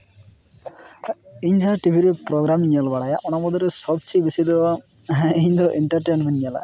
ᱤᱧ ᱡᱟᱦᱟᱸ ᱴᱤᱵᱷᱤ ᱨᱮ ᱯᱨᱳᱜᱨᱟᱢᱤᱧ ᱧᱮᱞ ᱵᱟᱲᱟᱭᱟ ᱚᱱᱟ ᱢᱩᱫᱽᱨᱮ ᱥᱚᱵ ᱪᱮᱭᱮ ᱵᱤᱥᱤ ᱫᱚ ᱤᱧ ᱫᱚ ᱤᱱᱴᱟᱨᱴᱮᱱᱴᱢᱮᱱᱴ ᱧᱮᱞᱟ